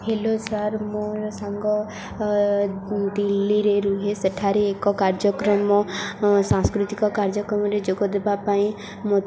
hello sir ମୋର ସାଙ୍ଗ ଦିଲ୍ଲୀରେ ରୁହେ ସେଠାରେ ଏକ କାର୍ଯ୍ୟକ୍ରମ ସାଂସ୍କୃତିକ କାର୍ଯ୍ୟକ୍ରମରେ ଯୋଗ ଦେବା ପାଇଁ ମୁଁ